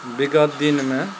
विगत दिनमे